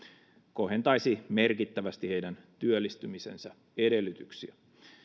kohentaisi merkittävästi heidän työllistymisensä edellytyksiä